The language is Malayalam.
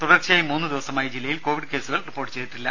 തുടർച്ചയായ മൂന്നു ദിവസമായി ജില്ലയിൽ കോവിഡ് കേസുകൾ റിപ്പോർട്ട് ചെയ്തിട്ടില്ല